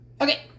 Okay